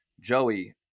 Joey